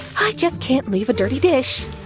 i just can't leave a dirty dish.